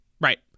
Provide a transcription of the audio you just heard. right